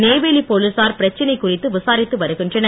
நெய்வேலி போலீசார் பிரச்சனை குறித்து விசாரித்து வருகின்றனர்